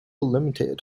limited